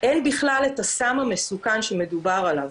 אין בכלל את הסם המסוכן שמדובר עליו,